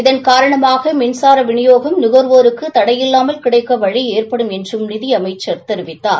இதன் காரணமாக மின்சார விநியோகம் நுகர்வோருக்கு தடையில்லாமல் கிடைக்க வழி ஏற்படும் என்றும் நிதி அமைச்சர் தெரிவித்தார்